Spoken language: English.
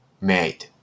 made